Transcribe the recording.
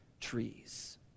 trees